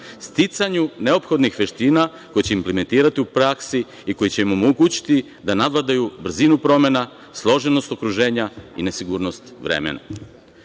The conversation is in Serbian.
sticanju neophodnih veština koje će implementirati u praksi i koje će im omogućiti da nadvladaju brzinu promena, složenost okruženja i nesigurnost vremena.U